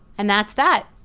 and that's that.